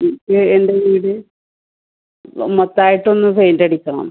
ഇപ്പം എൻ്റെ വീട് മൊത്തമായിട്ടൊന്ന് പെയ്ടിന്റ് അടിയ്ക്കണം